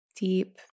deep